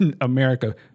America